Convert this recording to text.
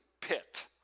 pit